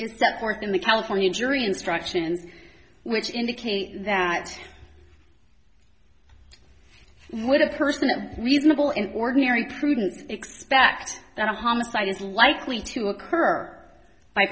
is so forth in the california jury instructions which indicate that what a person of reasonable and ordinary prudent to expect that a homicide is likely to occur by